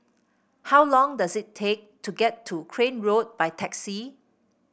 how long does it take to get to Crane Road by taxi